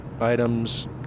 items